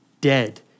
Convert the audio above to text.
dead